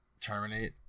Terminate